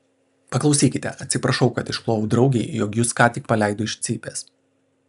paklausykite atsiprašau kad išklojau draugei jog jus ką tik paleido iš cypės